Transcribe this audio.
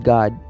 God